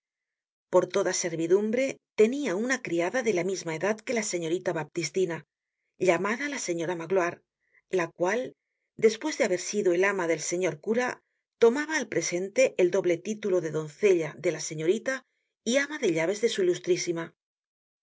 por toda servidumbre tenia una criada de la misma edad que la señorita baptistina llamada la señora magloire la cual despues de haber sido el ama del señor cura tomaba al presente el doble título de doncella de la señorita y ama de llaves de su ilustrísima